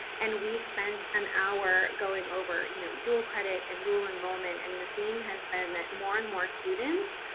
and we spent an hour going over you know dual credit and dual enrollment, and the theme has been that more and more students,